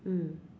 mm